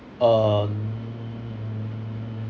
uh